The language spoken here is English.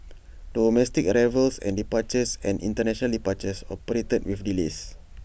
domestic arrivals and departures and International departures operated with delays